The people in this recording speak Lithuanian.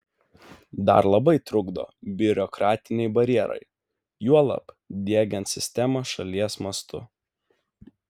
dar labai trukdo biurokratiniai barjerai juolab diegiant sistemą šalies mastu